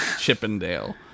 Chippendale